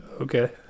Okay